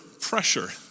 pressure